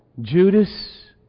Judas